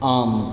आम्